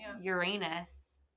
Uranus